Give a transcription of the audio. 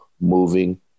moving